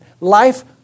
life